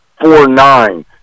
four-nine